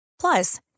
Plus